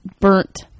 Burnt